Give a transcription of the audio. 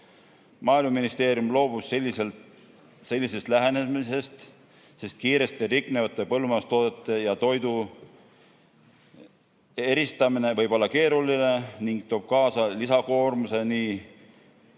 Maaeluministeerium loobus sellisest lähenemisest, sest kiiresti riknevate põllumajandustoodete ja toidu eristamine võib olla keeruline ning toob kaasa lisakoormuse nii